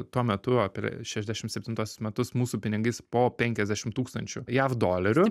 tuo metu apie šešiasdešimt septintuosius metus mūsų pinigais po penkiasdešimt tūkstančių jav dolerių